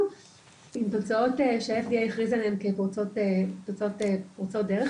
עם תוצאות שה-FDA הכריז עליהן כתוצאות פורצות דרך,